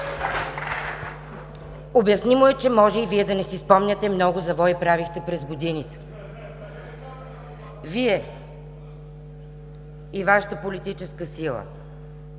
Обяснимо е, че може и Вие да не си спомняте – много завои правихте през годините. Вие и Вашата политическа сила